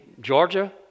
Georgia